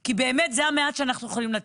כי באמת זה המעט שאנחנו יכולים לתת.